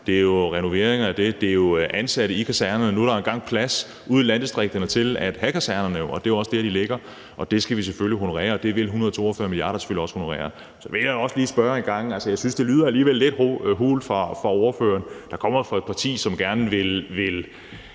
kaserner og renoveringer af dem, og at det er ansatte på kasernerne. Nu er der nu engang plads ude i landdistrikterne til at have kasernerne, og det er jo også der, de ligger. Det skal vi selvfølgelig honorere, og det vil 142 mia. kr. selvfølgelig også honorere. Jeg har et spørgsmål, for jeg synes det alligevel lyder lidt hult fra ordføreren, der kommer fra et parti, der gerne vil